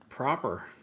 proper